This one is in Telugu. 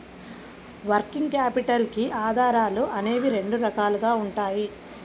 వర్కింగ్ క్యాపిటల్ కి ఆధారాలు అనేవి రెండు రకాలుగా ఉంటాయి